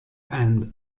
end